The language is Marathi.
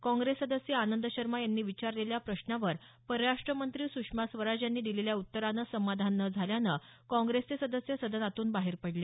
काँग्रेस सदस्य आनंद शर्मा यांनी विचारलेल्या प्रश्नावर परराष्ट मंत्री सुषमा स्वराज यांनी दिलेल्या उत्तरानं समाधान न झाल्यानं काँग्रेसचे सदस्य सदनातून बाहेर पडले